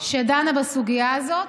שדנה בסוגיה הזאת,